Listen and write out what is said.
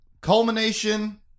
culmination